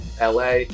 LA